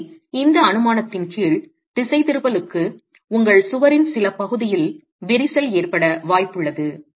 எனவே இந்த அனுமானத்தின் கீழ் திசைதிருப்பலுக்கு உங்கள் சுவரின் சில பகுதியில் விரிசல் ஏற்பட வாய்ப்புள்ளது